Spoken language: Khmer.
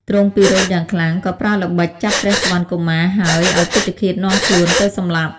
ទ្រង់ពិរោធយ៉ាងខ្លាំង ក៏ប្រើល្បិចចាប់ព្រះសុវណ្ណកុមារហើយឱ្យពេជ្ឈឃាតនាំខ្លួនទៅសម្លាប់។